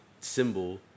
symbol